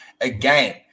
Again